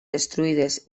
destruïdes